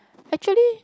actually